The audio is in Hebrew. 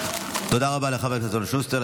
תודה רבה לחבר הכנסת אלון שוסטר.